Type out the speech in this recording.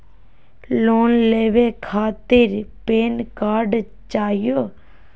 Loan लेवे खातीर PAN card चाहियो?